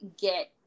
get